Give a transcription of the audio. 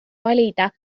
valida